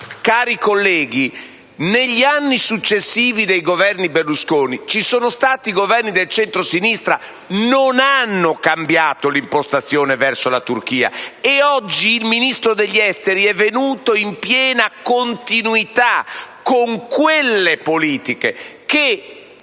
Cari colleghi, negli anni successivi ai Governi Berlusconi ci sono stati Governi del centrosinistra che non hanno modificato l'impostazione verso la Turchia. E oggi il Ministro degli affari esteri è venuto in piena continuità con quelle politiche che